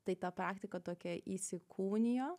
tai ta praktika tokia įsikūnijo